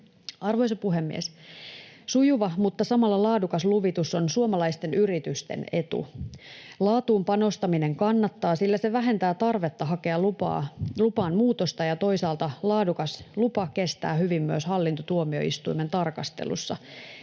Arvoisa puhemies! Sujuva mutta samalla laadukas luvitus on suomalaisten yritysten etu. Laatuun panostaminen kannattaa, sillä se vähentää tarvetta hakea lupaan muutosta ja toisaalta laadukas lupa kestää hyvin myös hallintotuomioistuimen tarkastelussa.